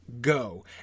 go